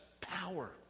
power